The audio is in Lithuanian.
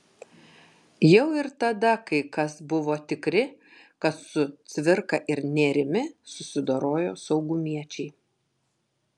jau ir tada kai kas buvo tikri kad su cvirka ir nėrimi susidorojo saugumiečiai